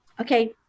Okay